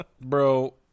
Bro